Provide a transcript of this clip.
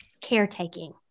caretaking